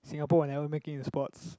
Singapore will never make it in sports